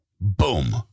Boom